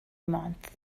months